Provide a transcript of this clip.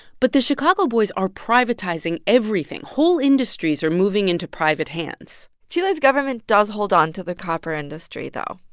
but the chicago boys are privatizing everything. whole industries are moving into private hands chile's government does hold on to the copper industry, though.